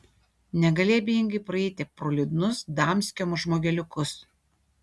negali abejingai praeiti pro liūdnus damskio žmogeliukus